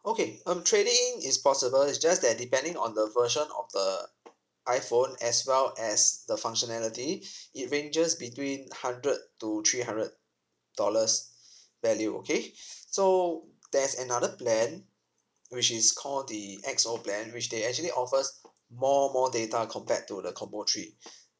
okay um trading in is possible is just that depending on the version of the iphone as well as the functionality it ranges between hundred to three hundred dollars value okay so there's another plan which is call the X_O plan which they actually offers more more data compared to the combo three